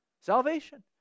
Salvation